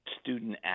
student